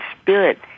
spirit